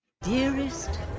dearest